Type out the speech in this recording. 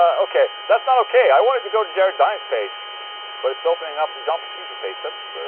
ok. that's not okay, i wanted to go to jared dines' page but it's opening up the john petrucci page. that's.